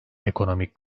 ekonomik